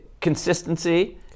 consistency